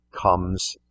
comes